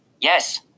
Yes